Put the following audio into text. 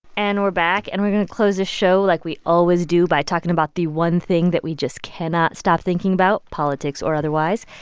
and we're back. and we're going to close the show like we always do by talking about the one thing that we just cannot stop thinking about, politics or otherwise.